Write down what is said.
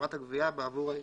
חברת הגבייה בעבור העירייה.